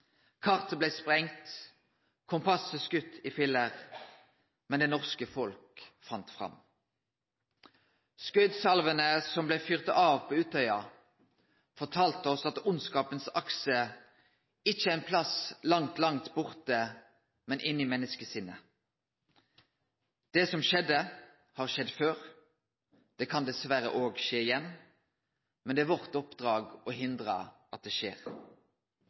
sprengt, kompasset skutt i filler. Men det norske folk fant fram». Skuddsalvene som blei fyrte av på Utøya, fortalde oss at ondskapens akse ikkje er ein plass langt, langt borte, men inne i menneskesinnet. Det som skjedde, har skjedd før. Det kan dessverre òg skje igjen, men det er vårt oppdrag å hindre at det skjer.